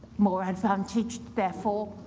more advantaged, therefore,